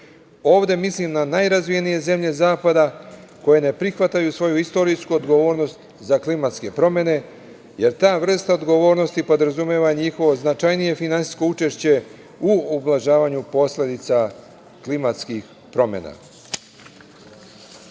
Ovde mislim na najrazvijenije zemlje zapada koje ne prihvataju svoju istorijsku odgovornost za klimatske promene, jer ta vrsta odgovornosti podrazumeva njihovo značajnije finansijsko učešće u ublažavanju posledica klimatskih promena. Sa